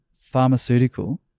pharmaceutical